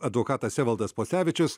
advokatas evaldas pocevičius